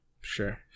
Sure